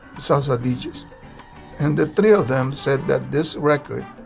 songs at the egypt and the three of them said that this record.